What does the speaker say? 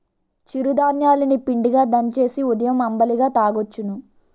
చిరు ధాన్యాలు ని పిండిగా దంచేసి ఉదయం అంబలిగా తాగొచ్చును